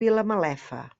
vilamalefa